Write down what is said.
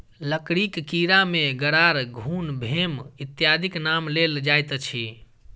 लकड़ीक कीड़ा मे गरार, घुन, भेम इत्यादिक नाम लेल जाइत अछि